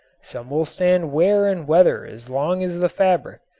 some will stand wear and weather as long as the fabric,